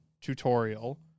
tutorial